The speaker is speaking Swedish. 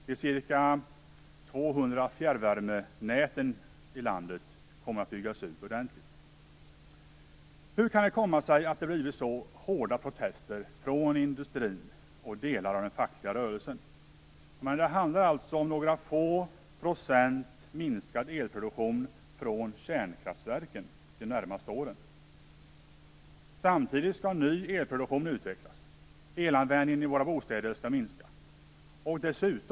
De ca 200 fjärrvärmenäten i landet kommer att byggas ut ordentligt. Hur kan det komma sig att det har blivit så hårda protester från industrin och delar av den fackliga rörelsen? Det handlar om en minskning av elproduktionen med några få procent från kärnkraftverken de närmaste åren. Samtidigt skall ny elproduktion utvecklas. Elanvändningen i våra bostäder skall minska.